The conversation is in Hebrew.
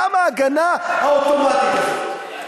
למה ההגנה האוטומטית הזאת?